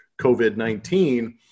COVID-19